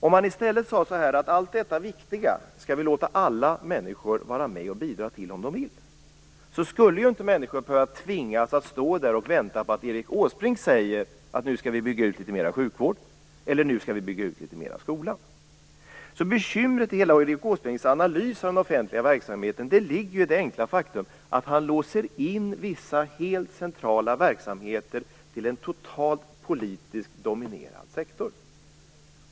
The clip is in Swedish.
Om man i stället lät alla människor vara med och bidra till allt detta viktiga om de vill skulle inte människor behöva tvingas att stå där och vänta på att Erik Åsbrink säger: Nu skall vi bygga ut litet mera sjukvård eller litet mera skola. Bekymret i hela Erik Åsbrinks analys av den offentliga verksamheten ligger i det enkla faktum att han låser in vissa helt centrala verksamheter i en totalt politiskt dominerad sektor.